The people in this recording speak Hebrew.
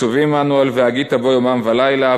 מצווים אנו על "והגית בו יומם ולילה",